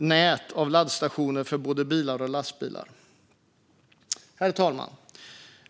nät av laddstationer för både bilar och lastbilar. Herr talman!